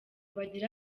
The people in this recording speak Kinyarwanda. bagira